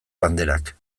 banderak